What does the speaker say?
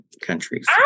countries